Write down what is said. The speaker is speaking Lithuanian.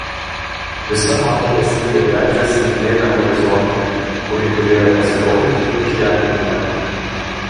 visa mano esybė veržėsi į dėmę horizonte kuri turėjo pasirodyti ir išgelbėti mane